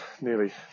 nearly